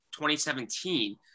2017